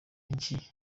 iki